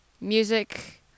music